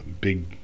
big